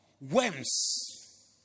Worms